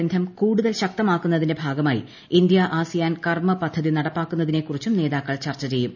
ബന്ധം കൂടുതൽ ശക്തമാക്കുന്നതിന്റെ ഭാഗ്മായി ഇന്ത്യ ആസിയാൻ കർമപദ്ധതി നടപ്പാക്കുന്നതിനെക്കുറിച്ചും നേതാക്കൾ ചർച്ച ചെയ്യും